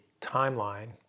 timeline